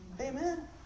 Amen